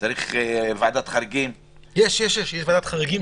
צריך ועדת חריגים --- יש ועדת חריגים,